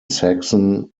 saxon